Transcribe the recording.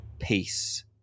peace